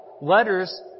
letters